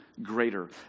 Greater